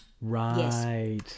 right